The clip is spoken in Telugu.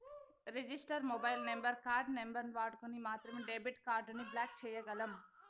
రిజిస్టర్ మొబైల్ నంబరు, కార్డు నంబరుని వాడుకొని మాత్రమే డెబిట్ కార్డుని బ్లాక్ చేయ్యగలం